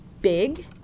big